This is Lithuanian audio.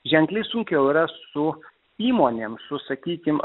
ženkliai sunkiau yra su įmonėm su sakykim